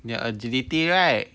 their ability right